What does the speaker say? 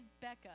Becca